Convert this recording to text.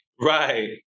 Right